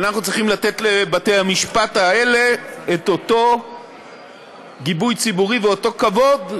אנחנו צריכים לתת לבתי-המשפט האלה את אותו גיבוי ציבורי ואותו כבוד.